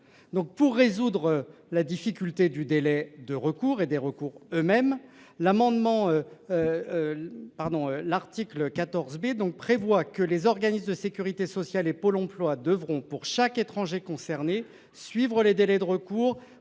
Pour régler la difficulté du délai de recours et des recours eux mêmes, cet article prévoit que les organismes de sécurité sociale et Pôle emploi devront, pour chaque étranger concerné, suivre les délais de recours,